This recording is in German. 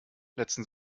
letzten